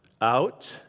out